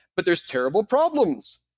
but there's terrible problems.